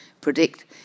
predict